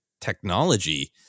technology